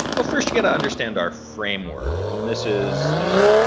well first you got to understand our framework and this is, you know,